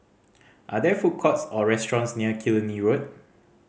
are there food courts or restaurants near Killiney Road